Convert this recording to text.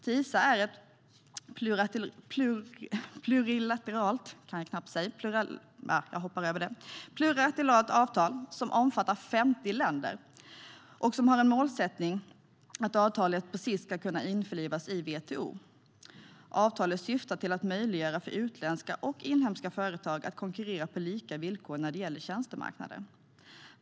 TISA är ett plurilateralt avtal som omfattar 50 länder. Målsättningen är att avtalet på sikt ska kunna införlivas i WTO. Avtalet syftar till att möjliggöra för utländska och inhemska företag att konkurrera på lika villkor när det gäller tjänstemarknader.